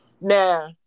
Now